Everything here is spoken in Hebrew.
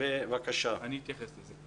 אני אתייחס לזה.